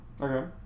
Okay